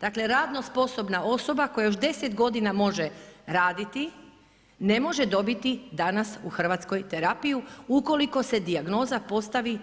Dakle radno sposobna osoba, koja još 10 godina može raditi, ne može dobiti danas u Hrvatskoj terapiju ukoliko se dijagnoza postavi